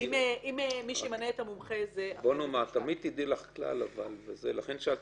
תמיד השופט יהיה